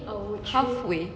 halfway halfway